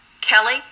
Kelly